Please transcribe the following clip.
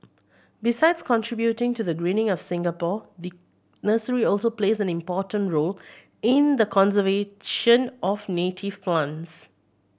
besides contributing to the greening of Singapore the nursery also plays an important role in the conservation of native plants